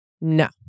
No